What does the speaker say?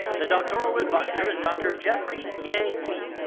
the doctoral adviser is dr. geoffrey ye li.